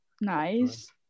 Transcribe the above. Nice